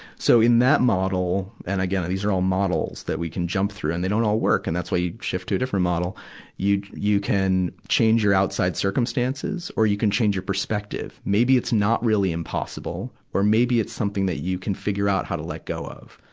so, in that model, and again these are all models that we can jump through and they don't all work, and that's why you shift to a different model you, you can change your outside circumstances or you can change your perspective. maybe it's not really impossible, or maybe it's something that you can figure out how to let go of.